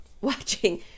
watching